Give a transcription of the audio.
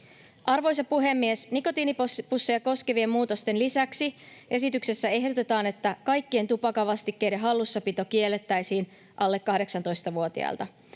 Arvoisa puhemies! Nikotiinipusseja koskevien muutosten lisäksi esityksessä ehdotetaan, että kaikkien tupakan vastikkeiden hallussapito kiellettäisiin alle 18-vuotiailta.